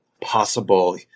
possible